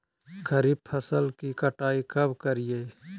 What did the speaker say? खरीफ फसल की कटाई कब करिये?